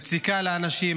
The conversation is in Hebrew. מציקה לאנשים,